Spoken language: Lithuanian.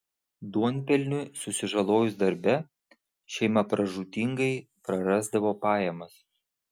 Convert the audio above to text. duonpelniui susižalojus darbe šeima pražūtingai prarasdavo pajamas